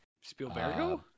Spielberg